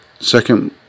Second